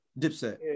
Dipset